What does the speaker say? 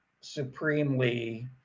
supremely